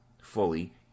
fully